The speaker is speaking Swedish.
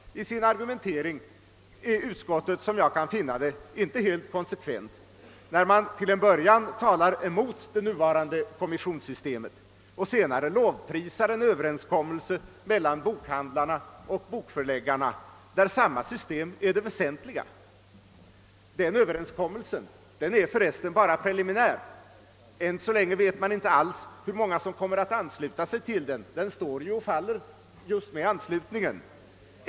I sin argumentering är utskottet enliga. Den överenskommelsen är för reskvent när det till en början talar mot det nuvarande kommissionssystemet och senare lovprisar en överenskommelse mellan bokhandlarna och bokförläggarna, där samma system är det väsentliga. Den överenskommelsen är förresten bara preliminär. Ännu så länge vet man inte alls hur många som kommer att ansluta sig till den. Den står och faller just med anslutningen.